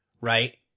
right